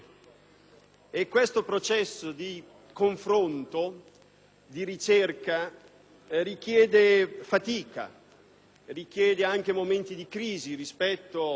Questo processo di confronto e di ricerca richiede fatica, richiede anche momenti di crisi rispetto